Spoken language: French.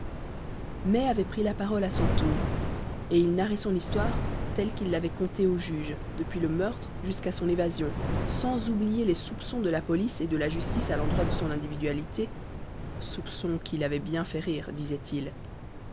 mai avait pris la parole à son tour et il narrait son histoire telle qu'il l'avait contée au juge depuis le meurtre jusqu'à son évasion sans oublier les soupçons de la police et de la justice à l'endroit de son individualité soupçons qui l'avaient bien faire rire disait-il